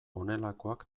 honelakoak